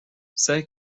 سعی